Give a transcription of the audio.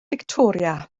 fictoria